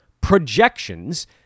projections